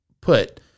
put